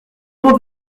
monde